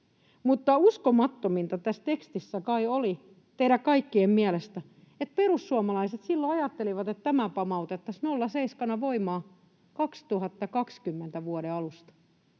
Mutta uskomattominta tässä tekstissä kai oli teidän kaikkien mielestä se, että perussuomalaiset silloin ajattelivat, että tämä pamautettaisiin 0,7:nä voimaan vuoden 2020 alusta.